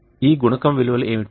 ఈ గుణకం విలువలు ఏమిటి